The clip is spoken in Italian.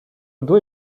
due